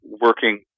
working